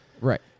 Right